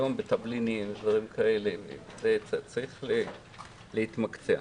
היום בתבלינים, בדברים כאלה, צריך להתמקצע.